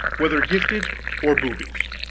whether gifted or boobies,